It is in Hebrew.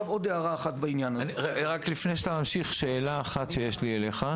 רק לפני שאתה ממשיך, שאלה אחת שיש לי אליך: